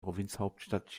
provinzhauptstadt